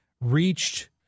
reached